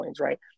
right